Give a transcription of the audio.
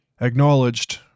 Acknowledged